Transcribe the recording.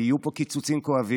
כי יהיו פה קיצוצים כואבים,